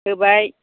होबाय